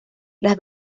las